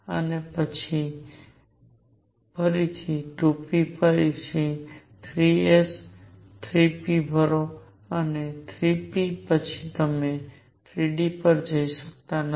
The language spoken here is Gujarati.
અને બપોરે ૨ p પછી તમે 3 s 3 p ભરો છો અને ૩ p પછી તમે ૩ d પર જઈ શકતા નથી